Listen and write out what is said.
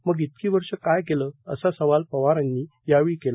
मग इतकी वर्ष काय केलं असा सवाल पवारांनी यावेळी केला